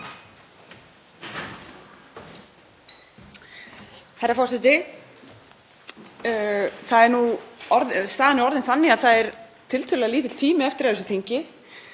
Herra forseti. Staðan er orðin þannig að það er tiltölulega lítill tími eftir af þessu þingi.